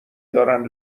دارن